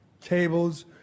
tables